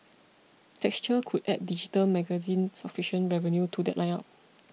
texture could add digital magazine subscription revenue to that lineup